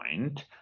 point